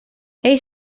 ell